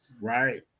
Right